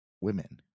Women